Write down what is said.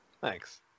Thanks